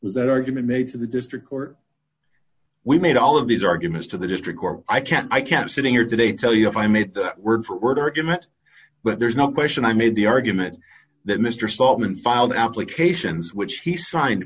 that argument made to the district court we made all of these arguments to the district court i can't i can't sitting here today tell you if i made that word for word argument but there's no question i made the argument that mr stallman filed applications which he signed